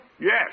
yes